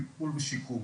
טיפול ושיקום.